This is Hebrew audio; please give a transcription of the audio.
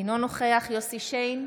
אינו נוכח יוסף שיין,